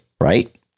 right